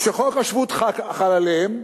שחוק השבות חל עליהם,